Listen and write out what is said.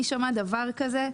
מי שמע על דבר כזה?